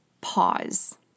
pause